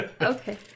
Okay